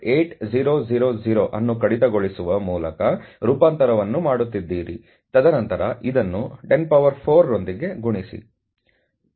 8000 ಅನ್ನು ಕಡಿತಗೊಳಿಸುವ ಮೂಲಕ ರೂಪಾಂತರವನ್ನು ಮಾಡುತ್ತಿದ್ದೀರಿ ತದನಂತರ ಇದನ್ನು 104 ರೊಂದಿಗೆ ಗುಣಿಸಿ